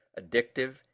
addictive